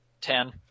Ten